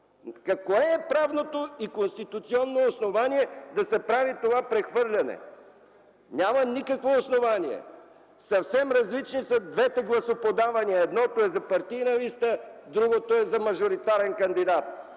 Кое е правното и конституционно основание да се прави това прехвърляне? Няма никакво основание. Съвсем различни са двете гласоподавания – едното за партийна листа, другото е за мажоритарен кандидат.